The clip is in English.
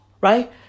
right